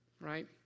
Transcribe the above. Right